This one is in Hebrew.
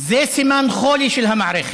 זה סימן לחולי של המערכת.